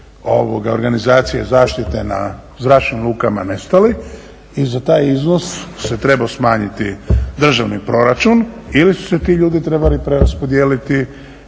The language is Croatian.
organizacije zaštite na zračnim lukama nestali i za taj iznos se trebao smanjiti državni proračun ili su se ti ljudi trebali preraspodijeliti